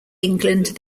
england